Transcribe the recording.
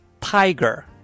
Tiger